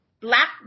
black